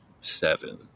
seven